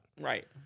Right